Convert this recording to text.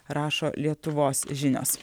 rašo lietuvos žinios